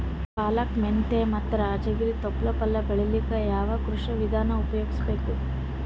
ಪಾಲಕ, ಮೆಂತ್ಯ ಮತ್ತ ರಾಜಗಿರಿ ತೊಪ್ಲ ಪಲ್ಯ ಬೆಳಿಲಿಕ ಯಾವ ಕೃಷಿ ವಿಧಾನ ಉಪಯೋಗಿಸಿ ಬೇಕು?